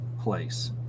place